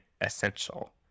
essential